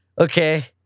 Okay